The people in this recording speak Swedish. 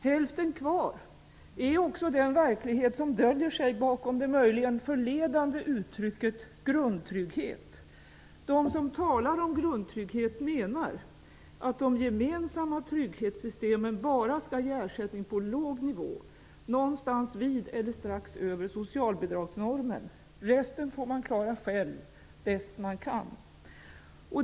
''Hälften kvar'' är också den verklighet som döljer sig bakom det möjligen förledande uttrycket grundtrygghet. De som talar om grundtrygghet menar att de gemensamma trygghetssystemen bara skall ge ersättning på låg nivå -- någonstans vid, eller strax över, socialbidragsnormen. Resten får man klara själv bäst man kan.